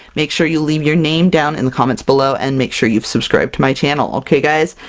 make sure you leave your name down in the comments below and make sure you subscribed to my channel! okay guys?